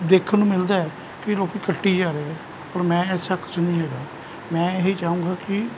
ਦੇਖਣ ਨੂੰ ਮਿਲਦਾ ਹੈ ਕਿ ਲੋਕ ਕੱਟੀ ਜਾ ਰਹੇ ਹੈ ਔਰ ਮੈਂ ਇਸ ਹੱਕ 'ਚ ਨਹੀਂ ਹੈਗਾ ਮੈਂ ਇਹ ਹੀ ਚਾਹੂੰਗਾ ਕਿ